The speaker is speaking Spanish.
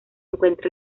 encuentra